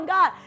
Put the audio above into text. God